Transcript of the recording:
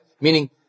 Meaning